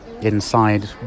inside